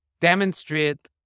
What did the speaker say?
demonstrate